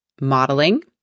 modeling